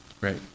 right